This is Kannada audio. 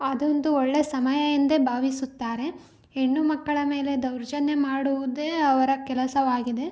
ಅದೊಂದು ಒಳ್ಳೆಯ ಸಮಯ ಎಂದೇ ಭಾವಿಸುತ್ತಾರೆ ಹೆಣ್ಣು ಮಕ್ಕಳ ಮೇಲೆ ದೌರ್ಜನ್ಯ ಮಾಡುವುದೇ ಅವರ ಕೆಲಸವಾಗಿದೆ